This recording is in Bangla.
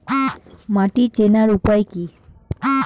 মাটি চেনার উপায় কি?